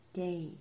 day